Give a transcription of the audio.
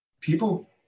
people